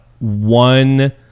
One